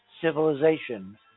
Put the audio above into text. civilization